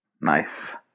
nice